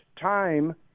time